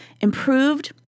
improved